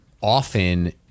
often